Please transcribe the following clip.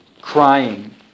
crying